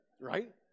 Right